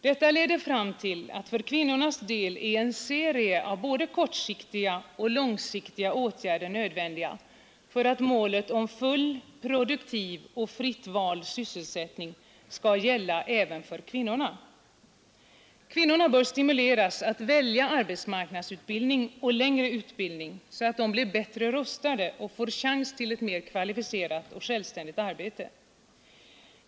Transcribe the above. Detta leder fram till att för kvinnornas del är en serie av både kortsiktiga och långsiktiga åtgärder nödvändiga för att målet om full, produktiv och fritt vald sysselsättning skall gälla även för kvinnorna. Kvinnorna bör stimuleras att välja arbetsmarknadsutbildning och längre utbildning, så att de blir bättre rustade och får chansen till ett mer kvalificerat och självständigt arbete.